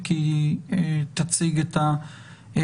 כי היא תציג את העניין,